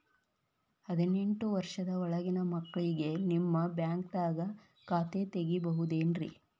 ಹದಿನೆಂಟು ವರ್ಷದ ಒಳಗಿನ ಮಕ್ಳಿಗೆ ನಿಮ್ಮ ಬ್ಯಾಂಕ್ದಾಗ ಖಾತೆ ತೆಗಿಬಹುದೆನ್ರಿ?